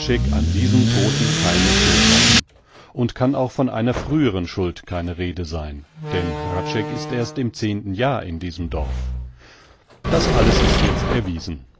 an diesem todten keine schuld haben und kann auch von einer früheren schuld keine rede sein denn hradscheck ist erst im zehnten jahr in diesem dorf das alles ist jetzt erwiesen